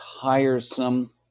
tiresome